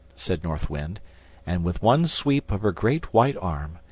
said north wind and, with one sweep of her great white arm,